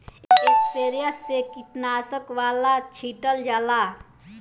sprayer से कीटनाशक वाला छीटल जाला